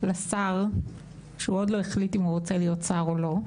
לשר שעוד לא החליט אם הוא רוצה להיות שר או לא.